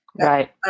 Right